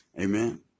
Amen